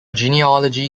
genealogy